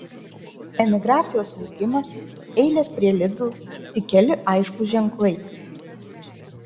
emigracijos augimas eilės prie lidl tik keli aiškūs ženklai